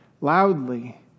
loudly